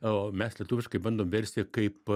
o mes lietuviškai bandom versti kaip